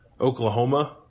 Oklahoma